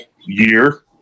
year